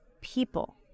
people